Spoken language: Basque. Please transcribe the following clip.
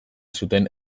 zuten